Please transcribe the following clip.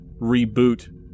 reboot